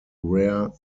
rare